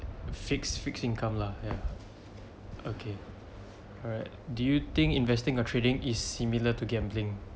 fixed fixed income lah yup okay alright do you think investing or trading is similar to gambling